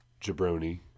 Jabroni